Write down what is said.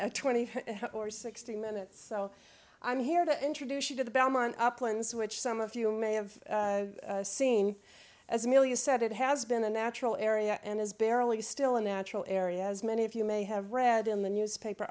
twenty or sixty minutes so i'm here to introduce you to the belmont uplands which some of you may have seen as millions said it has been a natural area and is barely still a natural area as many of you may have read in the newspaper